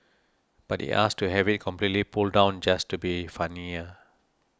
but he asked to have it completely pulled down just to be funnier